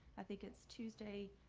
i think it's tuesday,